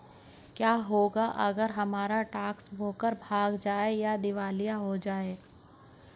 क्या होगा अगर हमारा स्टॉक ब्रोकर भाग जाए या दिवालिया हो जाये?